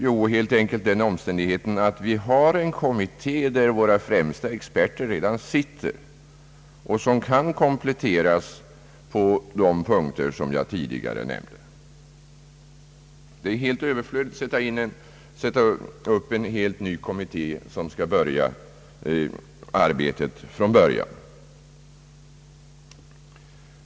Jo, helt enkelt den omständigheten att vi har en kommitté där våra främsta experter redan sitter och som kan kompletteras på de punkter som jag tidigare nämnde. Det är helt överflödigt att sätta upp en helt ny kommitté som skall börja arbetet från början.